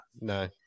No